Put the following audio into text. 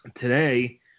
today